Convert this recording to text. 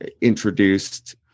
introduced